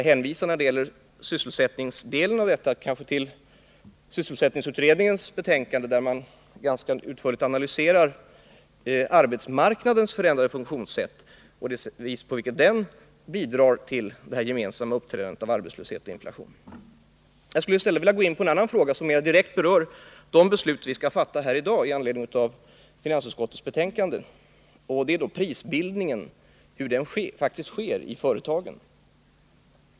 Men när det gäller sysselsättningsdelen vill jag hänvisa till sysselsättningsutredningens betänkande, i vilket man ganska utförligt analyserar arbetsmarknadens förändrade funktionssätt och hur det bidrar till detta gemensamma uppträdande av arbetslöshet och inflation. Jag skall i stället gå in på en annan fråga som mera direkt berör de beslut vi skall fatta här i dag med anledning av finansutskottets betänkande. Jag tänker på prisbildningen och hur den går till i företagen.